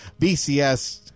BCS